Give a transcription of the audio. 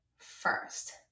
first